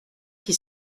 qui